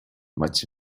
much